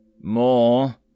more